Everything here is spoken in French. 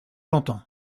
l’entends